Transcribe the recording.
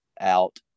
out